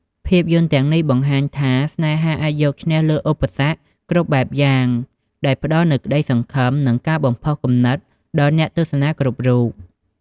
ភាពយន្តទាំងនេះបង្ហាញថា ស្នេហាអាចយកឈ្នះលើឧបសគ្គគ្រប់បែបយ៉ាង ដោយផ្តល់នូវក្តីសង្ឃឹម និងការបំផុសគំនិតដល់អ្នកទស្សនាគ្រប់រូប។